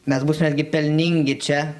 mes būsim netgi pelningi čia